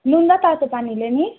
नुन र तातो पानीले नि